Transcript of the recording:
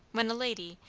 when a lady,